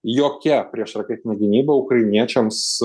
jokia priešraketinė gynyba ukrainiečiams